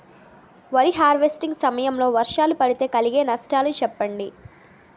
వరి హార్వెస్టింగ్ సమయం లో వర్షాలు పడితే కలిగే నష్టాలు చెప్పండి?